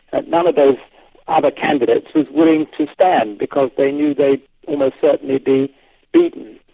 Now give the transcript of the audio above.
ah none of those other candidates was willing to stand, because they knew they would most certainly be beaten.